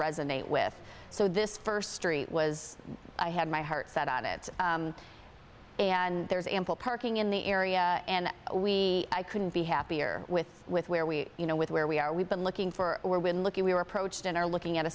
resonate with so this first story was i had my heart set on it and there's ample parking in the area and we couldn't be happier with with where we you know with where we are we've been looking for where we're looking we were approached and are looking at a